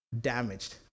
damaged